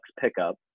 pickup